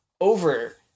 over